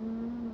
mm